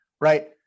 right